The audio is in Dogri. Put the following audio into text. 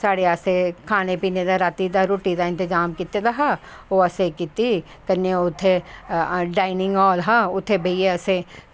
साढ़े आस्ते खानें पीनें दा रुट्टी दा इंतज़ाम कीते दा हा ओह् असैं कीती कन्नैं उत्थें डायनिंग होल हा असैं उत्थें बेहियै उत्थें